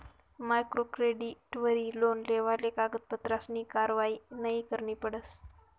micro क्रेडिटवरी loan लेवाले कागदपत्रसनी कारवायी नयी करणी पडस